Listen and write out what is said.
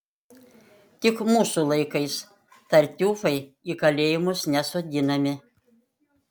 tik mūsų laikais tartiufai į kalėjimus nesodinami